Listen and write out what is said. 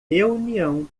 reunião